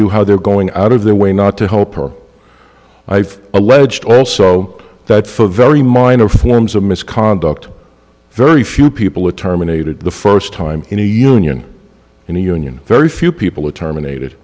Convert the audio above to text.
you how they're going out of their way not to help i've alleged also that very minor forms of misconduct very few people are terminated the first time any union in a union very few people are terminated